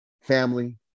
Family